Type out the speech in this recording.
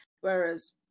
Whereas